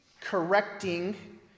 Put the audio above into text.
correcting